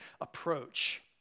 approach